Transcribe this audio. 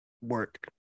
work